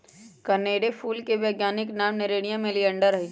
कनेर फूल के वैज्ञानिक नाम नेरियम ओलिएंडर हई